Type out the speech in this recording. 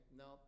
no